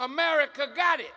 america got it